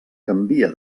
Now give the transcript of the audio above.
canvia